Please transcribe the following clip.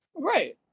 right